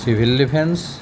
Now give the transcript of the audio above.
civil defence